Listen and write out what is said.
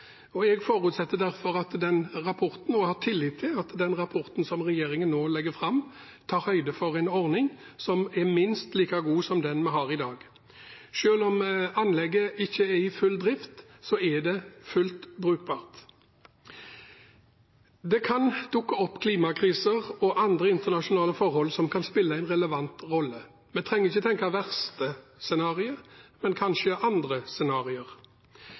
Jeg forutsetter derfor, og har tillit til, at den rapporten som regjeringen nå legger fram, tar høyde for en ordning som er minst like god som den vi har i dag. Selv om anlegget ikke er i full drift, er det fullt brukbart. Det kan dukke opp klimakriser og andre internasjonale forhold som kan spille en relevant rolle. Vi trenger ikke tenke verste scenarier, men kanskje andre